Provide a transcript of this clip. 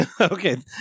Okay